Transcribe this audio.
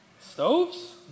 Stoves